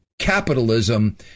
Capitalism